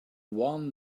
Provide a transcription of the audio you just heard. one